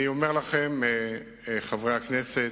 חברי הכנסת,